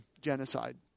genocide